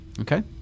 Okay